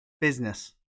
business